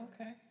Okay